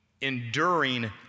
enduring